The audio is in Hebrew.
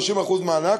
30% מענק.